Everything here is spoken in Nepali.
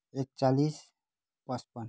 एकचालिस पचपन्न